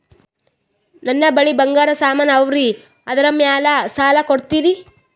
ನನ್ನ ಬಳಿ ಬಂಗಾರ ಸಾಮಾನ ಅವರಿ ಅದರ ಮ್ಯಾಲ ಸಾಲ ಕೊಡ್ತೀರಿ?